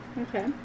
Okay